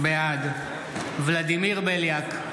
בעד ולדימיר בליאק,